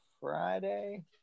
Friday